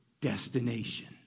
destination